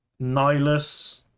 Nihilus